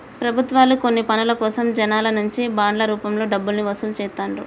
ప్రభుత్వాలు కొన్ని పనుల కోసం జనాల నుంచి బాండ్ల రూపంలో డబ్బుల్ని వసూలు చేత్తండ్రు